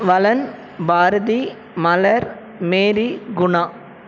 Valan Bharathi Malar Mary Guna